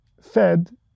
fed